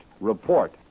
report